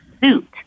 suit